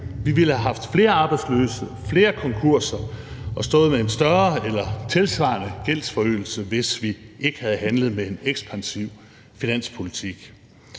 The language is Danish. Vi ville have haft flere arbejdsløse og flere konkurser og stået med en større eller tilsvarende gældsforøgelse, hvis vi ikke havde ført en ekspansiv finanspolitik.